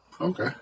Okay